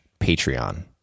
Patreon